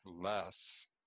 less